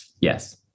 Yes